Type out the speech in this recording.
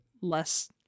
less